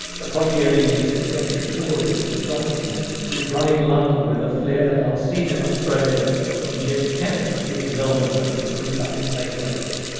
the podgy elitist eccentric tory mr johnson who is running london with a flair last seen in australia when jeff kennett was giving melbourne a big boot up its lane ways.